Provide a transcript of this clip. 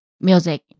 music